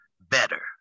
better